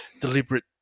deliberate